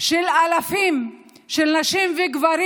של אלפי נשים וגברים,